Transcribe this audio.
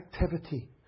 activity